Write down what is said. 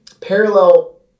parallel